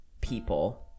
people